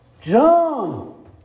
John